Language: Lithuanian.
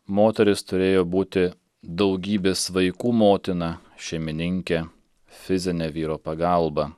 moteris turėjo būti daugybės vaikų motina šeimininkė fizinė vyro pagalba